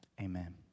Amen